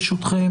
ברשותכם,